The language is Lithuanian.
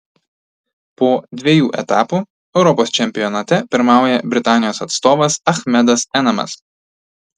po dviejų etapų europos čempionate pirmauja britanijos atstovas achmedas enamas